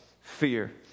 fear